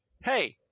Hey